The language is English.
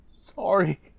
sorry